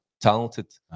talented